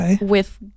with-